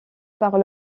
par